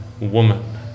woman